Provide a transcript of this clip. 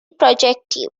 projective